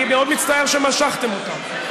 אני מאוד מצטער שמשכתם אותן,